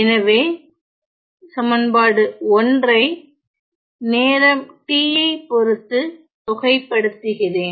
எனவே 1 ஐ நேரம் t ஐ பொறுத்து தொகைபடுத்துகிறேன்